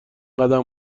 قدم